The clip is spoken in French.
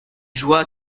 joua